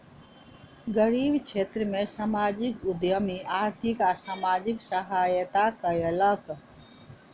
गरीब क्षेत्र में सामाजिक उद्यमी आर्थिक आ सामाजिक सहायता कयलक